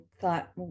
thought